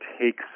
takes